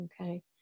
okay